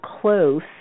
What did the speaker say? close